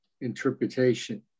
interpretation